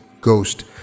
ghost